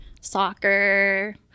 soccer